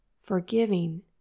forgiving